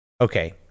okay